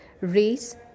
race